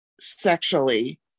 sexually